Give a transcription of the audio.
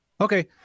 Okay